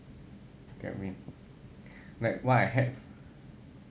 you get what I mean !wah! I heck